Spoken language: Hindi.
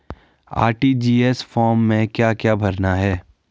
आर.टी.जी.एस फार्म में क्या क्या भरना है?